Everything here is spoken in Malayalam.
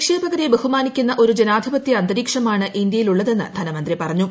നിക്ഷേപകരെ ബഹുമാനിക്കുന്ന ജനാധിപത്യ അന്തരീക്ഷമാണ് ഒരു ഇന്തൃയിലുള്ളതെന്ന് ധനമന്ത്രി പറഞ്ഞു